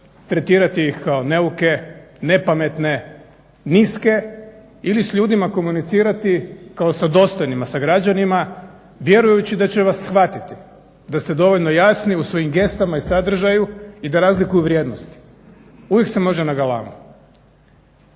tretirati ih kao neuke, nepametne, niske ili s ljudima komunicirati kao sa dostojnima, sa građanima vjerujući da će vas shvatiti da ste dovoljno jasni u svojim gestama i sadržaju i da razlikuju vrijednosti. Uvijek se može na galamu.